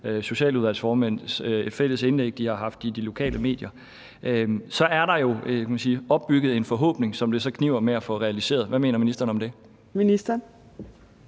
socialudvalgsformænds fælles indlæg, som de har haft i de lokale medier. Så er der jo, kan man sige, opbygget en forhåbning, som det så kniber med at få realiseret. Hvad mener ministeren om det?